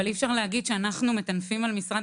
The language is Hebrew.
אבל אי אפשר להגיד שאנחנו מטנפים על משרד